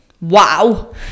Wow